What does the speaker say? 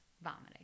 vomiting